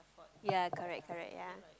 ya correct correct ya